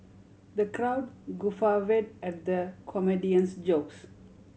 the crowd guffawed at the comedian's jokes